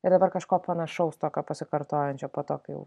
ir dabar kažko panašaus tokio pasikartojančio po tokių